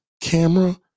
camera